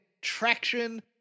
traction